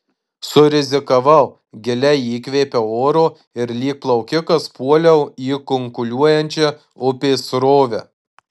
surizikavau giliai įkvėpiau oro ir lyg plaukikas puoliau į kunkuliuojančią upės srovę